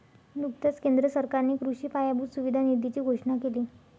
नुकताच केंद्र सरकारने कृषी पायाभूत सुविधा निधीची घोषणा केली